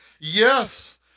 Yes